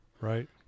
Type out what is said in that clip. Right